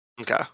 Okay